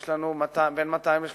יש לנו 200 300